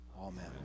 amen